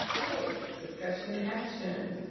okay, discussion, action.